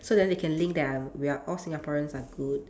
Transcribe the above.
so then they can link that are we are all Singaporeans are good